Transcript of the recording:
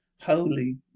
Holy